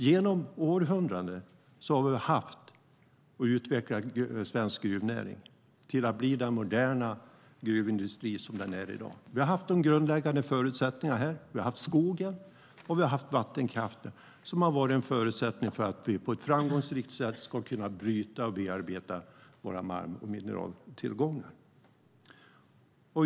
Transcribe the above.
Genom århundraden har vi utvecklat svensk gruvnäring till att bli den moderna gruvindustri som den är i dag. Vi har haft de grundläggande förutsättningarna. Vi har haft skogen och vi har haft vattenkraften som har varit en förutsättning för att vi på ett framgångsrikt sätt ska kunna bryta och bearbeta våra mineraltillgångar.